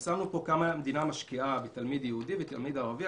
שמנו פה כמה המדינה משקיעה בתלמיד יהודי ובתלמיד ערבי.